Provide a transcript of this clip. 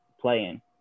playing